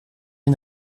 une